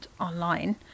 online